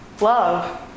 Love